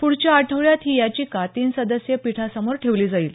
पूढच्या आठवड्यात ही याचिका तीन सदस्यीय पीठासमोर ठेवली जाईल